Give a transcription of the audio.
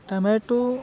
tomato